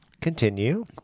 Continue